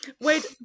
Wait